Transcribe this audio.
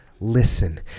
listen